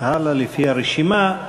והלאה לפי הרשימה.